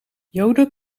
joden